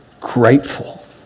grateful